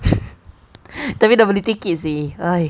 tapi dah beli tiket seh !hais!